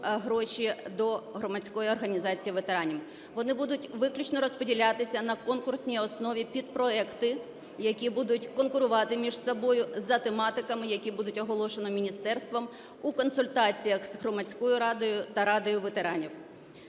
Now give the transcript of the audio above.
"гроші до громадської організації ветеранів". Вони будуть виключно розподілятися на конкурсній основі під проекти, які будуть конкурувати між собою за тематиками, які будуть оголошені міністерством у консультаціях з Громадською радою та Радою ветеранів.